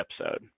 episode